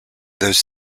those